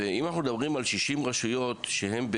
אם אנחנו מדברים על 60 רשויות שמקבלות,